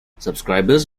subscribers